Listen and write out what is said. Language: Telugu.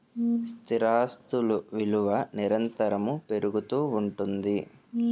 స్థిరాస్తులు విలువ నిరంతరము పెరుగుతూ ఉంటుంది